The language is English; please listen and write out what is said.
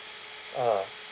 ah